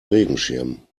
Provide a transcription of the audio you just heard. regenschirm